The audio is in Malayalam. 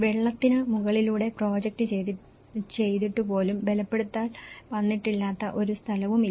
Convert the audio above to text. വെള്ളത്തിന് മുകളിലൂടെ പ്രൊജക്റ്റ് ചെയ്തിട്ടുപോലും ബലപ്പെടുത്തൽ വന്നിട്ടില്ലാത്ത ഒരു സ്ഥലവും ഇല്ല